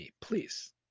please